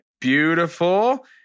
Beautiful